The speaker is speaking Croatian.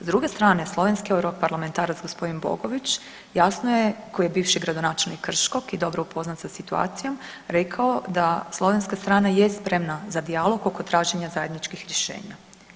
S druge strane slovenski europarlamentarac gosp. Bogović jasno je, koji je bivši gradonačelnik Krškog i dobro upoznat sa situacijom, rekao da slovenska strana je spremna za dijalog oko traženja zajedničkih rješenja.